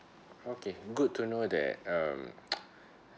okay good to know that um